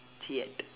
cheeat